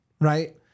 right